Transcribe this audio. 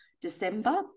December